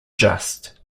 just